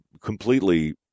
completely